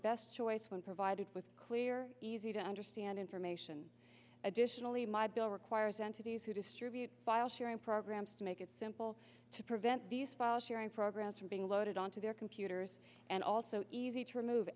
best choice when provided with clear easy to understand information additionally my bill requires entities who distribute file sharing programs to make it simple to prevent these file sharing programs from being loaded onto their computers and also easy to remove